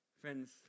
Friends